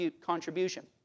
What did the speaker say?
contribution